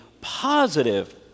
positive